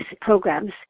programs